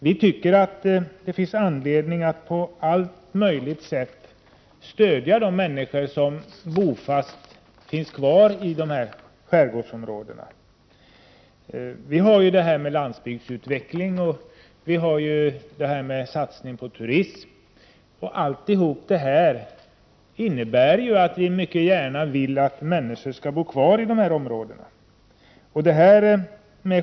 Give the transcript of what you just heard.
Vi tycker att det finns anledning att på alla möjliga sätt stödja de människor som stannar kvar och är bofasta i skärgårdsområdena. Vi satsar på landsbygdens utveckling och vi satsar på turism, och allt detta innebär att vi mycket gärna vill att människor skall vara kvar på landsbygden.